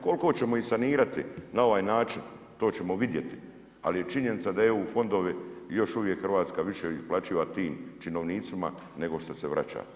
Koliko ćemo ih sanirati na ovaj način to ćemo vidjeti, ali je činjenica da EU fondovi, još uvijek Hrvatska više isplaćiva tim činovnicima nego što se vraća.